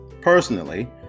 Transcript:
Personally